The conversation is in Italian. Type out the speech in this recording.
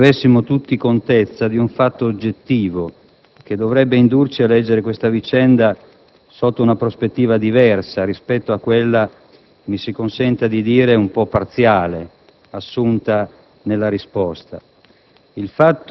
Vorrei che si tenesse tutti conto di un fatto oggettivo che dovrebbe indurci a leggere questa vicenda sotto una prospettiva diversa rispetto a quella - mi si consenta di definirla parziale - assunta nella risposta.